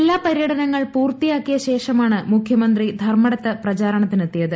ജില്ലാപരൃടനങ്ങൾ പൂർത്തിയാക്കിയ ശേഷമാണ് മുഖൃമന്ത്രി ധർമടത്ത് പ്രചാരണത്തിനെത്തിയത്